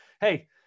Hey